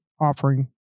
offering